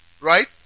Right